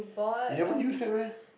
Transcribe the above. you haven't use that meh